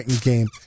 game